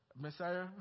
Messiah